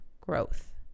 growth